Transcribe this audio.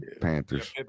Panthers